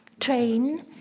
train